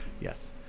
Yes